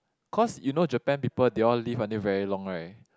cause you know Japan people they all live until very long right